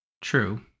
true